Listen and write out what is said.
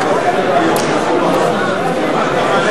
אני הצעתי בוועדת השרים שנאשר את זה כהצעה לסדר-היום,